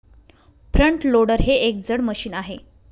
front loader हे एक जड मशीन आहे